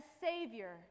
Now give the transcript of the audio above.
Savior